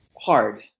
hard